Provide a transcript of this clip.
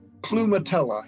plumatella